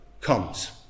comes